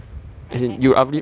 I I I saw the post